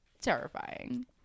terrifying